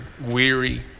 weary